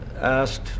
asked